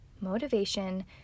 motivation